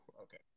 Okay